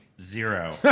Zero